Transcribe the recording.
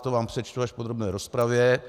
To vám přečtu až v podrobné rozpravě.